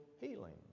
healing